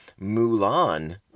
Mulan